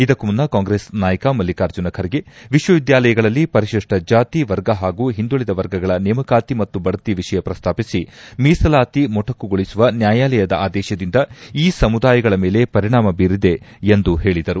ಇದಕ್ಕೂ ಮುನ್ನ ಕಾಂಗ್ರೆಸ್ ನಾಯಕ ಮಲ್ಲಿಕಾರ್ಜುನ ಖರ್ಗೆ ವಿಶ್ವವಿದ್ದಾಲಯಗಳಲ್ಲಿ ಪರಿಶಿಷ್ಠ ಜಾತಿ ವರ್ಗ ಪಾಗೂ ಹಿಂದುಳಿದ ವರ್ಗಗಳ ನೇಮಕಾತಿ ಮತ್ತು ಬಡ್ತಿ ವಿಷಯ ಪ್ರಸ್ತಾಪಿಸಿ ಮೀಸಲಾತಿ ಮೊಟಕುಗೊಳಿಸುವ ನ್ನಾಯಾಲಯದ ಆದೇಶದಿಂದ ಈ ಸಮುದಾಯಗಳ ಮೇಲೆ ಪರಿಣಾಮ ಬೀರಿದೆ ಎಂದು ಹೇಳಿದರು